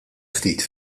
ftit